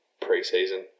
pre-season